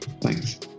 Thanks